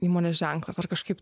įmonės ženklas ar kažkaip